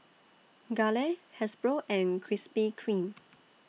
Gelare Hasbro and Krispy Kreme